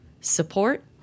support